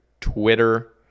Twitter